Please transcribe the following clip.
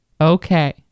Okay